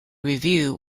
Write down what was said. review